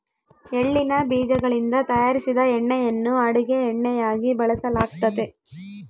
ಎಳ್ಳಿನ ಬೀಜಗಳಿಂದ ತಯಾರಿಸಿದ ಎಣ್ಣೆಯನ್ನು ಅಡುಗೆ ಎಣ್ಣೆಯಾಗಿ ಬಳಸಲಾಗ್ತತೆ